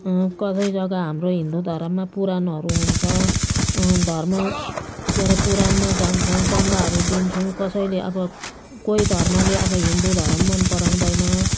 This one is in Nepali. कसै जग्गा हाम्रो हिन्दू धर्ममा पुराणहरू हुन्छ धर्म के अरे पुराणमा जान्छौँ चन्दाहरू दिन्छौँ कसैले अब कोही धर्मले अब हिन्दू धर्म मनपराउँदैन